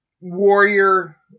warrior